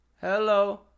Hello